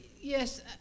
Yes